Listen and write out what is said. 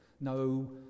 No